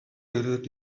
ирээд